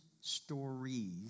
stories